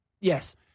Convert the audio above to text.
Yes